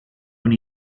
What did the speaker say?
when